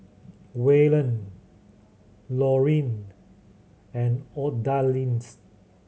Waylon Lorin and Odalys